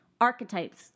Archetypes